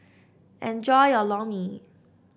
enjoy your Lor Mee